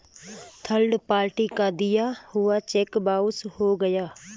third party का दिया हुआ चेक बाउंस हो गया